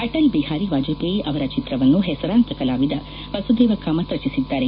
ಅಟಲ್ ಬಿಹಾರಿ ವಾಜಪೇಯಿ ಅವರ ಚಿತ್ರವನ್ನು ಹೆಸರಾಂತ ಕಲಾವಿದ ವಸುದೇವ ಕಾಮತ್ ರಚಿಸಿದ್ದಾರೆ